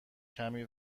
کمی